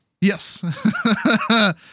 Yes